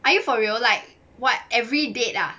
are you for real like what every date ah